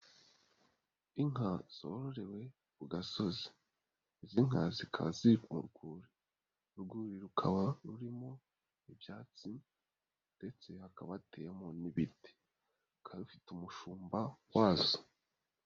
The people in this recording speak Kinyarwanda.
Inka zororewe ku gasozi, izi nka zikaba ziri mu rwuri. Urwuri rukaba rurimo ibyatsi ndetse hakaba hateyemo n'ibiti. Zikaba zifite umushumba wazo.